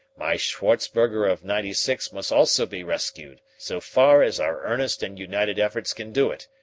my scharzberger of ninety six must also be rescued, so far as our earnest and united efforts can do it,